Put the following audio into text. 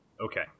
Okay